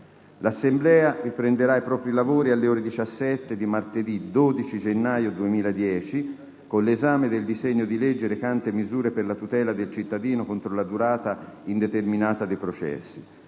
L'Assemblea riprenderà i propri lavori alle ore 17 di martedì 12 gennaio 2010 con l'esame del disegno di legge recante misure per la tutela del cittadino contro la durata indeterminata dei processi.